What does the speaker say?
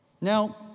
Now